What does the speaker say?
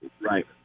right